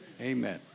amen